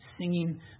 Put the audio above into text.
singing